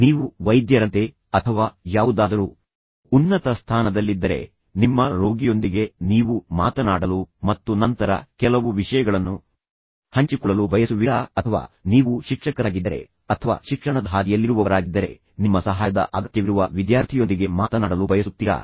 ನೀವು ವೈದ್ಯರಂತೆ ಅಥವಾ ಯಾವುದಾದರೂ ಉನ್ನತ ಸ್ಥಾನದಲ್ಲಿದ್ದರೆ ನಿಮ್ಮ ರೋಗಿಯೊಂದಿಗೆ ನೀವು ಮಾತನಾಡಲು ಮತ್ತು ನಂತರ ಕೆಲವು ವಿಷಯಗಳನ್ನು ಹಂಚಿಕೊಳ್ಳಲು ಬಯಸುವಿರಾ ಅಥವಾ ನೀವು ಶಿಕ್ಷಕರಾಗಿದ್ದರೆ ಅಥವಾ ಶಿಕ್ಷಣದ ಹಾದಿಯಲ್ಲಿರುವವರಾಗಿದ್ದರೆ ನಿಮ್ಮ ಸಹಾಯದ ಅಗತ್ಯವಿರುವ ವಿದ್ಯಾರ್ಥಿಯೊಂದಿಗೆ ಮಾತನಾಡಲು ಬಯಸುತ್ತೀರಾ